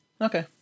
Okay